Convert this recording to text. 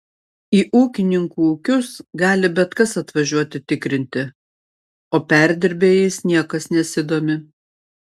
į ūkininkų ūkius gali bet kas atvažiuoti tikrinti o perdirbėjais niekas nesidomi